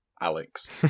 alex